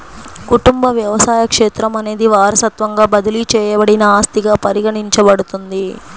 కుటుంబ వ్యవసాయ క్షేత్రం అనేది వారసత్వంగా బదిలీ చేయబడిన ఆస్తిగా పరిగణించబడుతుంది